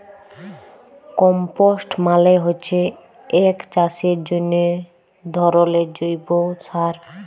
compost মালে হচ্যে এক চাষের জন্হে ধরলের জৈব সার